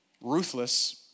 ruthless